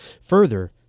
Further